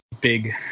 big